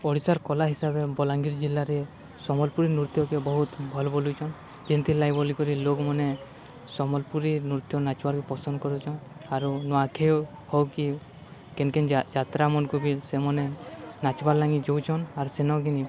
ଓଡ଼ିଶାର୍ କଲା ହିସାବେ ବଲାଙ୍ଗୀର୍ ଜିଲ୍ଲାରେ ସମ୍ବଲ୍ପୁରୀ ନୃତ୍ୟକେ ବହୁତ୍ ଭଲ୍ ବଲୁଚନ୍ ଯେନ୍ଥିର୍ ଲାଗି ବଲିିକରି ଲୋକ୍ମାନେ ସମ୍ବଲପୁରୀ ନୃତ୍ୟ ନାଚ୍ବାର୍କେ ପସନ୍ଦ୍ କରୁଚନ୍ ଆରୁ ନୂଆଖାଇ ହଉ କି କେନ୍ କେନ୍ ଯାତ୍ରା ମନ୍କେ ବି ସେମାନେ ନାଚ୍ବାର୍ ଲାଗି ଯୋଉଛନ୍ ଆର୍ ସେନକିନି